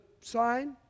sign